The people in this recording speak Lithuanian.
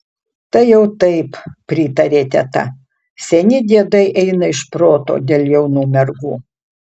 tai jau taip pritarė teta seni diedai eina iš proto dėl jaunų mergų